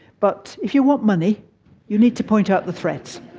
but if you want money you need to point out the threats.